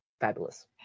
fabulous